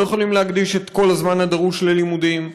לא יכולים להקדיש את כל הזמן הדרוש ללימודים.